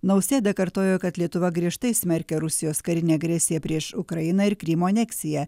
nausėda kartojo kad lietuva griežtai smerkia rusijos karinę agresiją prieš ukrainą ir krymo aneksiją